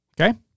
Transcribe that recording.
Okay